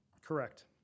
Correct